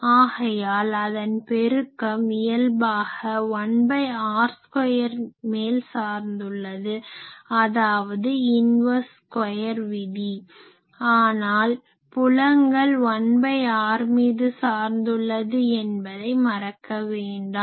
ஆகையால் அதன் பெருக்கம் இயல்பாக 1r2மேல் சார்ந்துள்ளது அதாவது இன்வர்ஸ் ஸ்கொயர் விதி ஆனால் புலங்கள் 1r மீது சார்ந்துள்ளது என்பதை மறக்க வேணடாம்